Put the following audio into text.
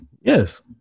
Yes